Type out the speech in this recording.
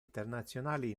internazionali